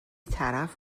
طرف